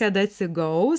kad atsigaus